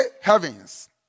heavens